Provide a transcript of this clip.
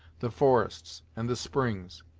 the forests and the springs.